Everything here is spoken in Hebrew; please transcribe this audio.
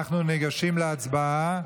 אנחנו ניגשים להצבעה.